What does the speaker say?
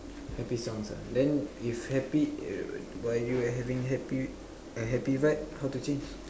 happy songs ah then if happy while you are having happy a happy vibe how to change